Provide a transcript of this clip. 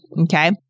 Okay